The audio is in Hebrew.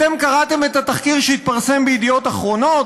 אתם קראתם את התחקיר שהתפרסם בידיעות אחרונות?